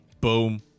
Boom